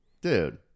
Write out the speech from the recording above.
Dude